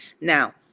Now